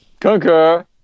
Conquer